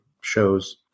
shows